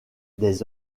des